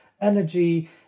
energy